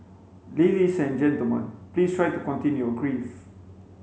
ladies and gentlemen please try to contain your grief